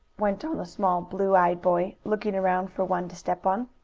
went on the small, blue-eyed boy, looking around for one to step on.